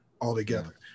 altogether